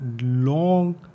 long